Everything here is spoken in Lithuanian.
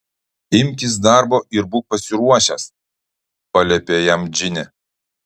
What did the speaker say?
imkis darbo ir būk pasiruošęs paliepė jam džinė